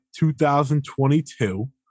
2022